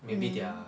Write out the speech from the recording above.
mm